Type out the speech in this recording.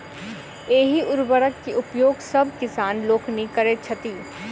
एहि उर्वरक के उपयोग सभ किसान लोकनि करैत छथि